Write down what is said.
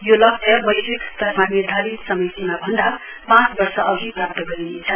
यो लक्ष्य वैश्विक स्तरमा निर्धारित समयसीमा भन्दा पाँच वर्ष अघि प्राप्त गरिनेछ